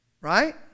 right